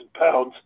pounds